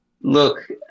Look